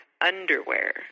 underwear